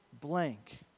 blank